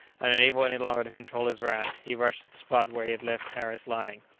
and, unable any longer to control his wrath, he rushed to the spot where he had left harris lying.